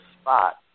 spot